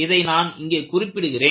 இதைத்தான் நான் இங்கே குறிப்பிடுகிறேன்